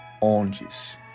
oranges